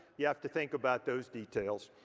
you have to think about those details.